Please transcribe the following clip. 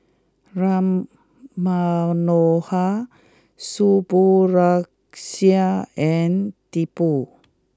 Ram Manohar Subbulakshmi and Tipu